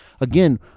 again